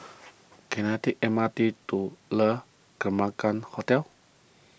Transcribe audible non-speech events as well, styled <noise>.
can I take M R T to Le <unintelligible> Hotel